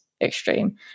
extreme